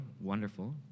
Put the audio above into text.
wonderful